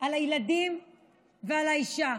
על הילדים ועל האישה.